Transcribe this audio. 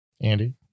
Andy